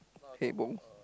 hey